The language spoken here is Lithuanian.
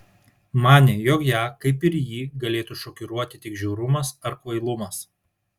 manė jog ją kaip ir jį galėtų šokiruoti tik žiaurumas ar kvailumas